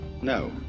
No